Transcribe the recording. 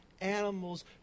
animals